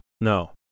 No